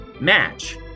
match